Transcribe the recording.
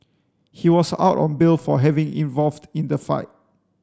he was out on bail for having involved in the fight